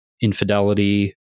infidelity